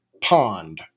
pond